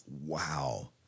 Wow